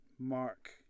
Mark